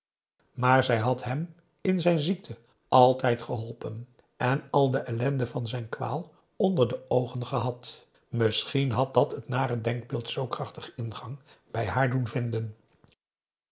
maar zij had hem in zijn ziekte altijd geholpen en al de ellende van zijn kwaal onder de oogen gehad misschien had dat t nare denkbeeld zoo krachtig ingang bij haar doen vinden